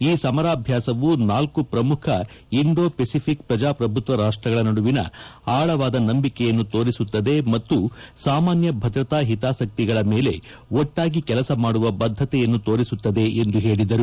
ಈ ಸಮರಾಭ್ಯಾಸವು ನಾಲ್ಲು ಪ್ರಮುಖ ಇಂಡೋ ಪೆಸಿಫಿಕ್ ಪ್ರಜಾಪ್ರಭುತ್ವ ರಾಷ್ಷಗಳ ನಡುವಿನ ಆಳವಾದ ನಂಬಿಕೆಯನ್ನು ತೋರಿಸುತ್ತದೆ ಮತ್ತು ಸಾಮಾನ್ಯ ಭದ್ರತಾ ಹಿತಾಸಕ್ತಿಗಳ ಮೇಲೆ ಒಟ್ನಾಗಿ ಕೆಲಸ ಮಾಡುವ ಬದ್ದತೆಯನ್ನು ತೋರಿಸುತ್ತದೆ ಎಂದು ಹೇಳಿದರು